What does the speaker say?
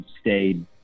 stayed